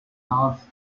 powerful